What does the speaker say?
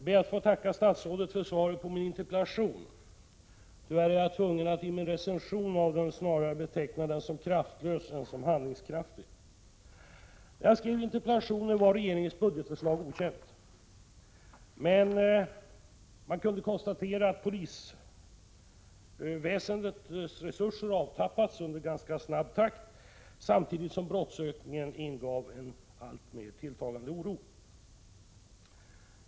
Herr talman! Jag ber att få tacka statsrådet för svaret på min interpellation. Tyvärr är jag tvungen att i min recension av svaret snarare beteckna det som kraftlöst än som handlingskraftigt. När jag ställde min interpellation var regeringens budgetförslag okänt. Men man kunde konstatera att polisväsendets resurser avtappats i ganska snabb takt, samtidigt som brottsökningen ingav alltmer tilltagande oro.